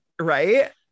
Right